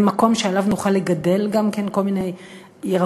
הם מקום שעליו נוכל גם לגדל כל מיני ירקות,